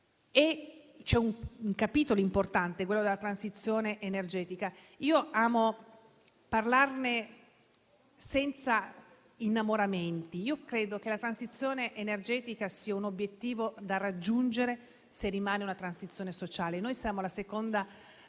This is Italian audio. C'è un capitolo importante, quello della transizione energetica. Amo parlarne senza innamoramenti, perché credo che sia un obiettivo da raggiungere, se rimane una transizione sociale. Siamo la seconda